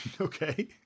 Okay